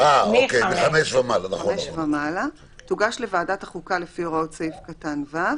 יותר תוגש לוועדת החוקה לפי הוראות סעיף קטן (ו)